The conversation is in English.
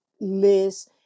liz